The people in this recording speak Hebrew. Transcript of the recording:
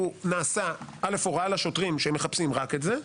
הוא נעשה: א' הוראה לשוטרים שהם מחפשים רק את זה.